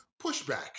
pushback